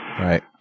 Right